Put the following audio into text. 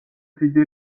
დიდი